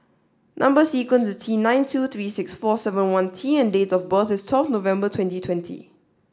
number sequence is T nine two three six four seven one T and date of birth is twelfth November twenty twenty